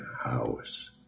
house